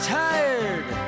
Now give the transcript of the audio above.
tired